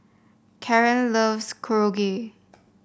Karan loves Korokke